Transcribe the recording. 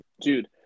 dude